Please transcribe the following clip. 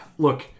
Look